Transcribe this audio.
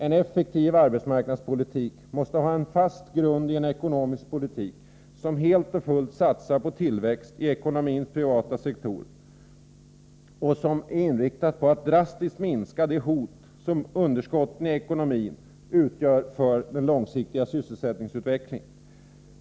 En effektiv arbetsmarknadspolitik måste ha en fast grund i en ekonomisk politik som helt och fullt satsar på tillväxt i ekonomins privata sektorer och är inriktad på att drastiskt minska det hot underskotten i ekonomin utgör för den långsiktiga sysselsättningsutvecklingen.